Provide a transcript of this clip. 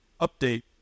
update